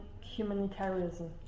humanitarianism